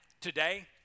today